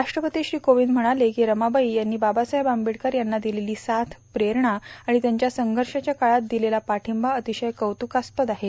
राष्ट्रपती रामनाथ कोविंद म्हणाले रमाबाई यांनी बाबासाहेब आंबेडकर यांना दिलेली साथ प्रेरणा आणि त्यांच्या संघर्षाच्या काळात दिलेला पाठिंबा अतिशय कौत्रकास्पद आहे